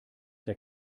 der